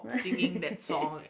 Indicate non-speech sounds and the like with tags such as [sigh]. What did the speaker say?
[noise]